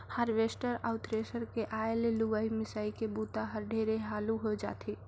harvester अउ thresher के आए ले लुवई, मिंसई के बूता हर ढेरे हालू हो जाथे